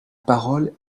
parole